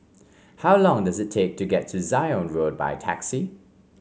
how long does it take to get to Zion Road by taxi